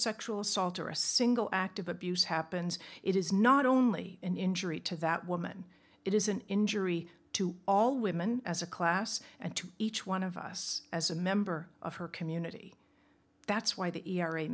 sexual assault or a single act of abuse happens it is not only an injury to that woman it is an injury to all women as a class and to each one of us as a member of her community that's why the e r a